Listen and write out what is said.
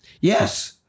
yes